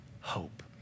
hope